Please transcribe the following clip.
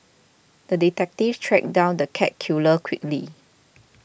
the detective tracked down the cat killer quickly